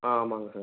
ஆ ஆமாங்க சார்